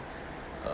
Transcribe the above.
uh